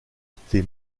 été